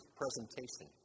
presentation